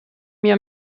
mir